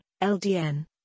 LDN